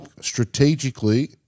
strategically